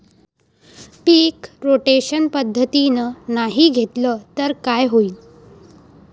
पीक rotation पद्धतीनं नाही घेतलं तर काय होईन?